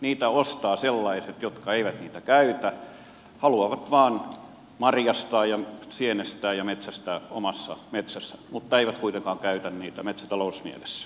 niitä ostavat sellaiset jotka eivät niitä käytä haluavat vain marjastaa ja sienestää ja metsästää omassa metsässä mutta eivät kuitenkaan käytä sitä metsätalousmielessä